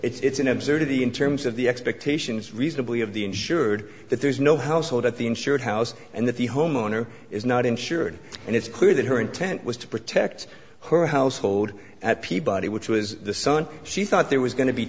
but it's an absurdity in terms of the expectation is reasonably of the insured that there's no household at the insured house and that the homeowner is not insured and it's clear that her intent was to protect her household at peabody which was the son she thought there was going to be